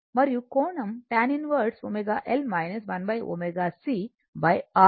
మరియు కోణం tan 1 ω L 1 ω cR ఉంటుంది